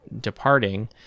departing